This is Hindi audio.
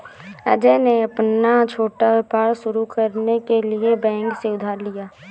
अजय ने अपना छोटा व्यापार शुरू करने के लिए बैंक से उधार लिया